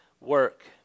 work